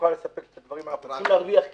שנוכל לספק את הדברים, אנחנו צריכים להרוויח כסף.